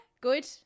good